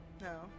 No